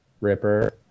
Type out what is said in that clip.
Ripper